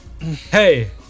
hey